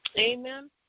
Amen